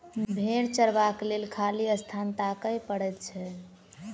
भेंड़ चरयबाक लेल खाली स्थान ताकय पड़ैत छै